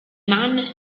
man